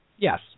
Yes